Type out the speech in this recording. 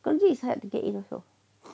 soci is hard to get it also